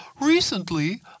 Recently